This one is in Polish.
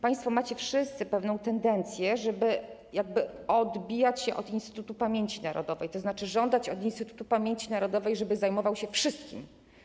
Państwo wszyscy wykazujecie pewną tendencję, żeby jakby odbijać się od Instytutu Pamięci Narodowej, tzn. żądać od Instytutu Pamięci Narodowej, żeby zajmował się wszystkim.